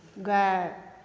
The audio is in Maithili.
गाय